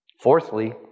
Fourthly